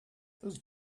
those